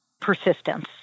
persistence